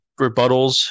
rebuttals